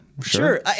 sure